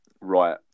right